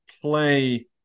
play